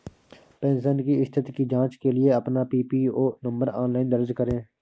pension की स्थिति की जांच के लिए अपना पीपीओ नंबर ऑनलाइन दर्ज करें